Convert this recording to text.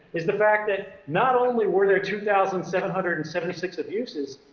is the fact that not only were there two thousand seven hundred and seventy six abuses,